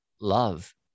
love